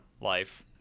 life